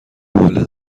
حوله